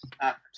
act